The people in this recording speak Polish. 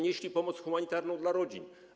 Nieśli pomoc humanitarną dla rodzin.